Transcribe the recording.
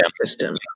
system